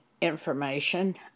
information